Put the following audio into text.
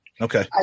Okay